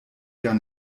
gar